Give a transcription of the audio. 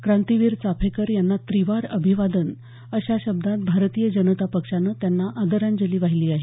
क्रांतीवीर चाफेकर यांना त्रिवार अभिवादन अशा शब्दात भारतीय जनता पक्षानं त्यांना आदरांजली वाहिली आहे